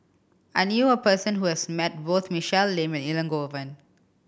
I knew a person who has met both Michelle Lim and Elangovan